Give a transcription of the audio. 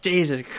Jesus